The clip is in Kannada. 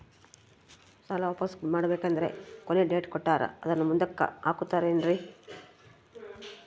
ಸಾಲ ವಾಪಾಸ್ಸು ಮಾಡಬೇಕಂದರೆ ಕೊನಿ ಡೇಟ್ ಕೊಟ್ಟಾರ ಅದನ್ನು ಮುಂದುಕ್ಕ ಹಾಕುತ್ತಾರೇನ್ರಿ?